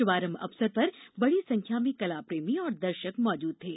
श्भारंभ अवसर पर बड़ी संख्या में कलाप्रेमी और दर्शक मौजूद थे